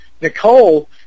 Nicole